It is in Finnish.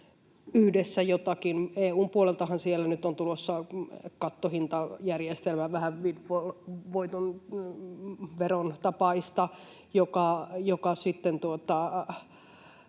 yhdessä jotakin. EU:n puoleltahan siellä nyt on tulossa kattohintajärjestelmä, vähän veron tapaista, joka sitten